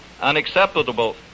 unacceptable